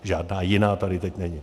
Žádná jiná tady teď není.